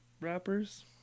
rappers